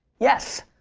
yes.